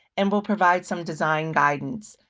and we'll provide some design guidance,